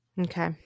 Okay